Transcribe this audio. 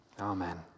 amen